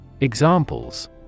Examples